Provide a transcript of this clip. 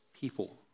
people